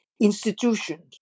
institutions